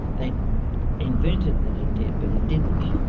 they invented that it did, but it didn't.